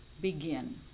begin